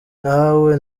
nawe